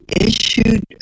issued